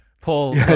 Paul